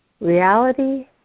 Reality